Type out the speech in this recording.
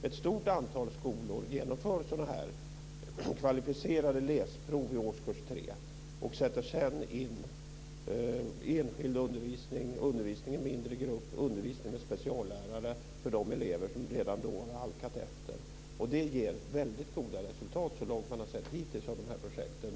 Ett stort antal skolor genomför sådana här kvalificerade läsprov i årskurs 3 och sätter sedan in enskild undervisning, undervisning i mindre grupp och undervisning med speciallärare för de elever som redan då har halkat efter. Och det ger väldigt goda resultat så långt man har sett hittills av projekten.